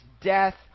death